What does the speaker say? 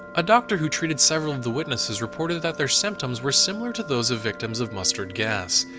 a doctor who treated several of the witnesses reported that their symptoms were similar to those of victims of mustard gas.